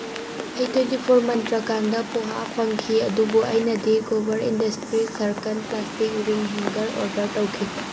ꯑꯩ twenty four ꯃꯟꯇ꯭ꯔ ꯀꯥꯟꯗ ꯄꯣꯍꯥ ꯐꯪꯈꯤ ꯑꯗꯨꯕꯨ ꯑꯩꯅꯗꯤ ꯀꯣꯕꯔ industries circle plastic ring hanger order ꯇꯧꯈꯤ